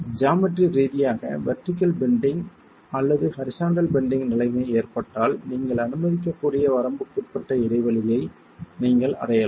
geometry ரீதியாக vertical bending அல்லது horizontal bending நிலைமை ஏற்பட்டால் நீங்கள் அனுமதிக்கக்கூடிய வரம்புக்குட்பட்ட இடைவெளியை நீங்கள் அடையலாம்